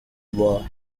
were